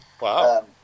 Wow